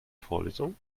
vorlesung